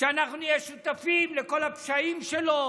שאנחנו נהיה שותפים לכל הפשעים שלו,